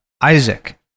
Isaac